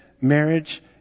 marriage